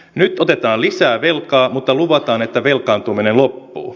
nyt otetaan lisää velkaa mutta luvataan että velkaantuminen loppuu